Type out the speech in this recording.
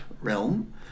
Realm